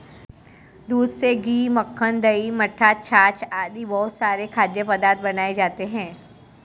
दूध से घी, मक्खन, दही, मट्ठा, छाछ आदि बहुत सारे खाद्य पदार्थ बनाए जाते हैं